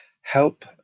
help